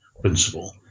principle